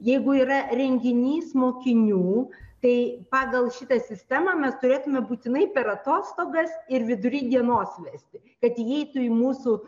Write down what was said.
jeigu yra renginys mokinių tai pagal šitą sistemą mes turėtume būtinai per atostogas ir vidury dienos vesti kad įeitų į mūsų